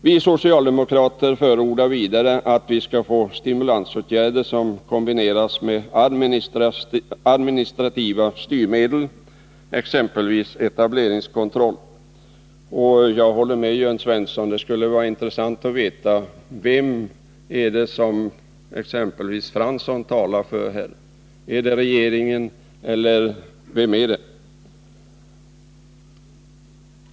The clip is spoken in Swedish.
Vi socialdemokrater förordar vidare stimulansåtgärder som kombineras med administrativa styrmedel, exempelvis etableringskontroll. Jag håller med Jörn Svensson om att det skulle vara intressant att veta vem Arne Fransson talar för när det gäller etableringskontrollen. Är det regeringen, eller vem är det?